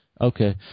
Okay